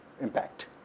impact